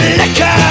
liquor